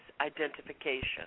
Identification